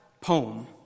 poem